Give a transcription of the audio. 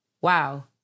Wow